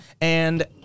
And-